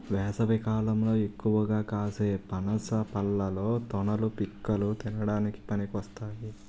వేసవికాలంలో ఎక్కువగా కాసే పనస పళ్ళలో తొనలు, పిక్కలు తినడానికి పనికొస్తాయి